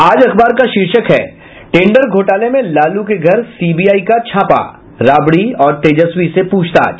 आज अखबार का शीर्षक है टेंडर घोटाले में लालू के घर सीबीआई का छापा राबड़ी और तेजस्वी से पूछताछ